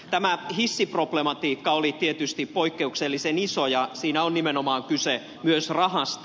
tämä hissiproblematiikka oli tietysti poikkeuksellisen iso ja siinä on nimenomaan kyse myös rahasta